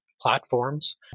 platforms